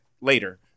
Later